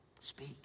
Speak